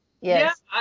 yes